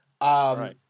Right